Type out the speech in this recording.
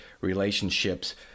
relationships